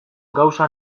gauza